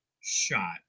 shot